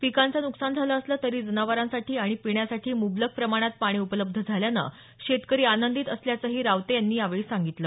पिकांचं नुकसान झालं असलं तरी जनावरांसाठी आणि पिण्यासाठी मुबलक प्रमाणात पाणी उपलब्ध झाल्यानं शेतकरी आनंदीत असल्याचंही रावते यांनी यावेळी सांगितलं